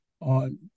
on